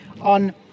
on